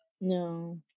No